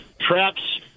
traps